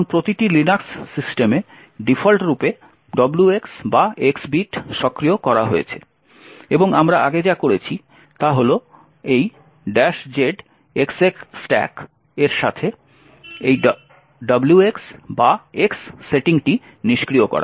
এখন প্রতিটি লিনাক্স সিস্টেমে ডিফল্টরূপে WX বা X বিট সক্রিয় করা হয়েছে এবং আমরা আগে যা করেছি তা হল এই z execstack এর সাথে এই WX বা X সেটিংটি নিষ্ক্রিয় করা